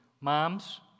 moms